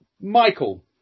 Michael